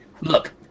look